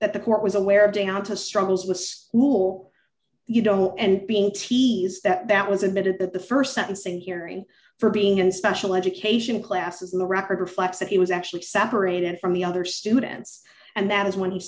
that the court was aware down to struggles with school you know and being teased that that was admitted that the st sentencing hearing for being in special education classes in the record reflects that he was actually separated from the other students and that is when he